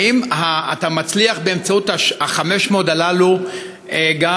האם אתה מצליח באמצעות ה-500 הללו גם